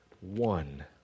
one